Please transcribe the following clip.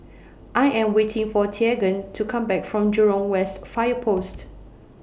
I Am waiting For Teagan to Come Back from Jurong West Fire Post